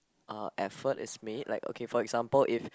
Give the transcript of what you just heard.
uh effort is made like okay for example if